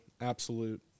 absolute